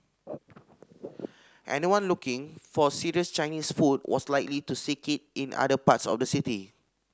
anyone looking for serious Chinese food was likely to seek it in other parts of the city